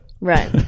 Right